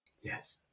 Yes